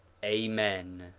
amen.